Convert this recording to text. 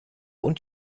und